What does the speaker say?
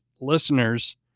listeners